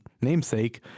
namesake